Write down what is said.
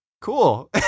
cool